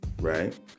right